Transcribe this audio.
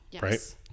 right